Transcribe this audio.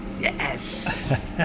Yes